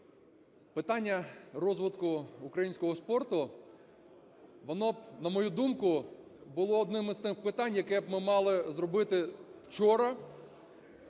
питання розвитку українського спорту, воно, на мою думку, було одним із тих питань, яке б ми мали зробити вчора